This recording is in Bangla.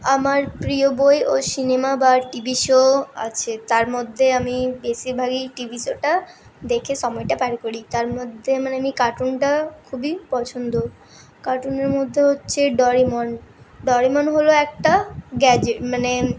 আমার প্রিয় বই ও সিনেমা বা টিভি শো আছে তার মধ্যে আমি বেশিরভাগই টিভি শোটা দেখে সময়টা পার করি তার মধ্যে আমার আমি কার্টুনটা খুবই পছন্দ কার্টুনের মধ্যে হচ্ছে ডোরেমন ডোরেমন হলো একটা গ্যাজেট মানে